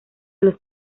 los